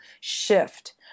shift